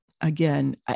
again